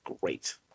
great